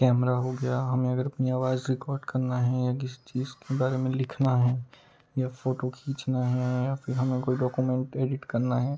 camera हो गया हमें अगर अपनी आवाज रिकॉर्ड करना है या किसी चीज़ के बारे में लिखना है या फोटो खींचना है फिर हमें कोई डॉक्यूमेंट एडिट करना है